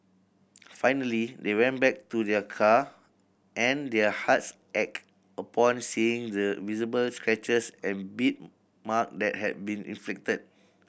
finally they went back to their car and their hearts ached upon seeing the visible scratches and bit mark that had been inflicted